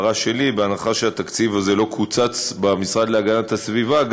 הערה שלי: בהנחה שהתקציב הזה לא קוצץ במשרד להגנת הסביבה,